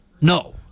No